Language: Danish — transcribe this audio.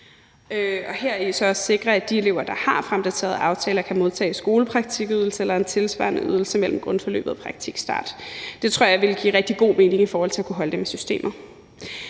og hermed også sikrer, at de elever, der har fremdaterede aftaler, kan modtage skolepraktikydelse eller en tilsvarende ydelse mellem grundforløbet og praktikstarten. Det tror jeg vil give rigtig god mening i forhold til at kunne holde dem i systemet.